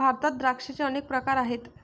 भारतात द्राक्षांचे अनेक प्रकार आहेत